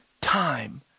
time